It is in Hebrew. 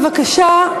בבקשה,